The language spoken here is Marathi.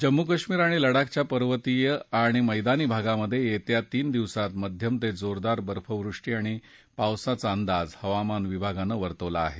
जम्मू कश्मीर आणि लद्दाखच्या पर्वतीय आणि मैदानी भागात येत्या तीन दिवसात मध्यम ते जोरदार बर्फवृष्टी आणि पावसाचा अंदाज हवामान विभागानं वर्तवला आहे